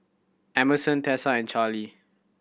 Emerson Tessa and Charly